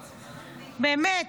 באמת,